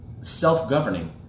self-governing